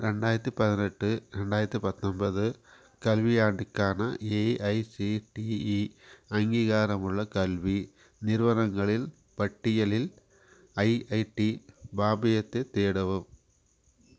ரெண்டாயிரத்து பதினெட்டு ரெண்டாயிரத்து பத்தொம்பது கல்வியாண்டிற்கான ஏஐசிடிஇ அங்கீகாரமுள்ள கல்வி நிறுவனங்களில் பட்டியலில் ஐஐடி பாபியத்தை தேடவும்